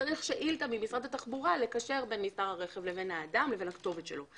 צריך שאילתה ממשרד התחבורה לקשר בין מספר הרכב לאדם לכתובת שלו.